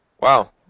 Wow